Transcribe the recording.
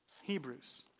Hebrews